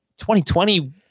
2020